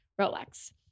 Rolex